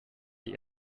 die